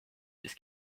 this